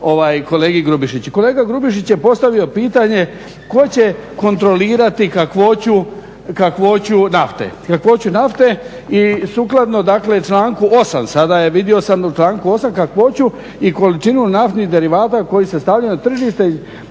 Kolega Grubišić je postavio pitanje tko će kontrolirati kakvoću nafte i sukladno članku 8.vidio sam u članku 8.kakvoću i količinu naftnih derivata koji se stavljaju na tržište